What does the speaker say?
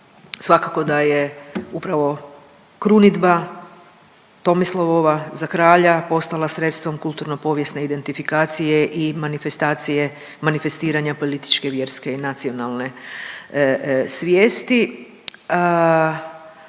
Svakako da je upravo krunidba Tomislavova za kralja postala sredstvom kulturno-povijesne identifikacije i manifestacije, manifestiranja političke, vjerske i nacionalne svijesti.